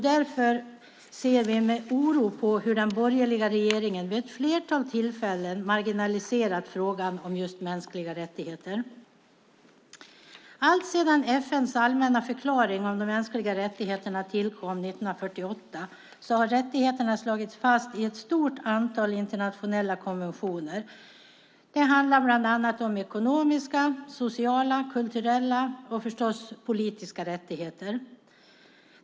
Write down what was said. Därför ser vi med oro på hur den borgerliga regeringen vid ett flertal tillfällen har marginaliserat frågan om just mänskliga rättigheter. Alltsedan FN:s allmänna förklaring av de mänskliga rättigheterna tillkom 1948 har rättigheterna slagits fast i ett stort antal internationella konventioner. Det handlar om bland annat ekonomiska, sociala, kulturella och förstås politiska rättigheter.